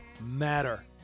matter